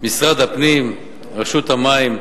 משרד הפנים, רשות המים.